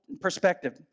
perspective